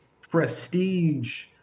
prestige